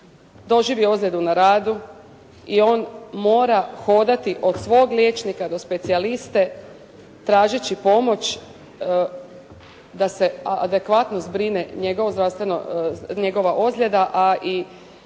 doživi ozljedu na radu i on mora hodati od svog liječnika do specijaliste tražeći pomoć da se adekvatno zbrine njegova ozljeda a i